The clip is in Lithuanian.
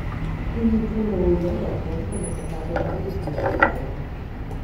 kai jį įtrindavau į odą atrodydavo kad ledo perlais nuvalau veidą